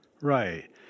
Right